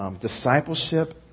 Discipleship